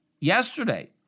yesterday